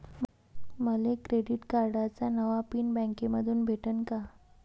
मले क्रेडिट कार्डाचा नवा पिन बँकेमंधून भेटन का?